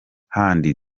handi